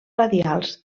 radials